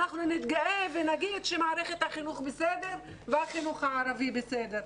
אנחנו נתגאה ונגיד שמערכת החינוך בסדר והחינוך הערבי בסדר,